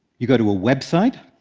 you go to a website,